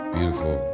Beautiful